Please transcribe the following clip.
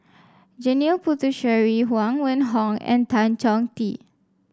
Janil Puthucheary Huang Wenhong and Tan Chong Tee